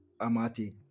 amati